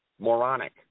moronic